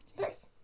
Nice